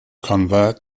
convert